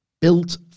built